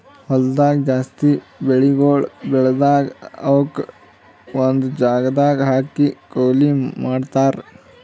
ಹೊಲ್ದಾಗ್ ಜಾಸ್ತಿ ಬೆಳಿಗೊಳ್ ಬೆಳದಾಗ್ ಅವುಕ್ ಒಂದು ಜಾಗದಾಗ್ ಹಾಕಿ ಕೊಯ್ಲಿ ಮಾಡ್ತಾರ್